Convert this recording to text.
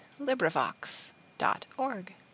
LibriVox.org